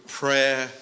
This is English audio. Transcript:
prayer